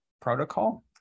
protocol